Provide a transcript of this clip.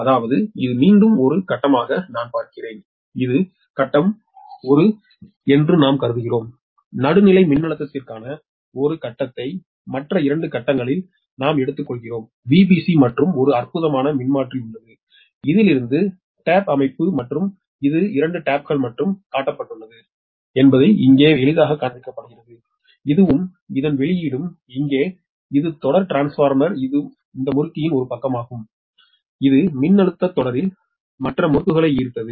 அதாவது இது மீண்டும் ஒரு கட்டமாக நான் பார்க்கிறேன் இது கட்டம் ஒரு என்று நாம் கருதுகிறோம் நடுநிலை மின்னழுத்தத்திற்கான ஒரு கட்டத்தை மற்ற 2 கட்டங்களில் நாம் எடுத்துக்கொள்கிறோம் Vbc மற்றும் ஒரு அற்புதமான மின்மாற்றி உள்ளது இதிலிருந்து தட்டு அமைப்பு மற்றும் இது 2 தட்டுகள் மட்டுமே காட்டப்பட்டுள்ளது என்பது இங்கே எளிதாகக் காண்பிக்கப்படுகிறது இதுவும் இதன் வெளியீடும் இங்கே இது தொடர் டிரான்ஸ்ஃபார்மர் இந்த முறுக்கின் ஒரு பக்கமாகும் இது மின்னழுத்தம் தொடரில் மற்ற முறுக்குகளை ஈர்த்தது